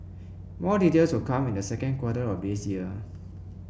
more details will come in the second quarter of this year